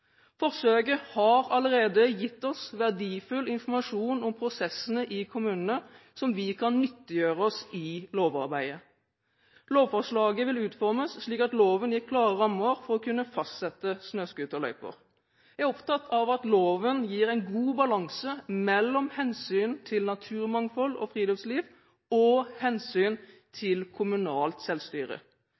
Forsøket har allerede gitt oss verdifull informasjon om prosessene i kommunene som vi kan nyttiggjøre oss i lovarbeidet. Lovforslaget vil utformes slik at loven gir klare rammer for å kunne fastsette snøscooterløyper. Jeg er opptatt av at loven gir en god balanse mellom hensynet til naturmangfold og friluftsliv og hensynet til kommunalt selvstyre.